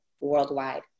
worldwide